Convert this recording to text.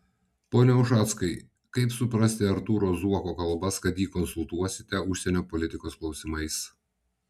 pone ušackai kaip suprasti artūro zuoko kalbas kad jį konsultuosite užsienio politikos klausimais